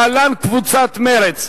להלן: קבוצת סיעת מרצ,